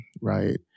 right